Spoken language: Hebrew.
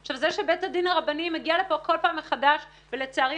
עכשיו זה שבית הדין הרבני מגיע לפה כל פעם מחדש ולצערי,